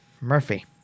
Murphy